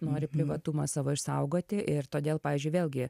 nori privatumą savo išsaugoti ir todėl pavyzdžiui vėlgi